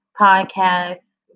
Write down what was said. podcast